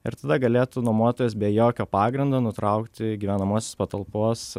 ir tada galėtų nuomotojas be jokio pagrindo nutraukti gyvenamosios patalpos